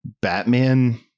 Batman